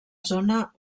zona